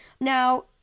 Now